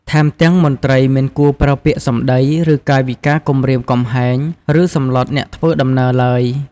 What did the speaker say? ថែមទាំងមន្ត្រីមិនគួរប្រើពាក្យសំដី ឬកាយវិការគំរាមកំហែង ឬសម្លុតអ្នកធ្វើដំណើរឡើយ។